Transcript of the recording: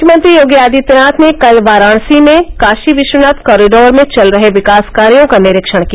मुख्यमंत्री योगी आदित्यनाथ ने कल वाराणसी में काशी विश्वनाथ कॉरिडोर में चल रहे विकास कार्यो का निरीक्षण किया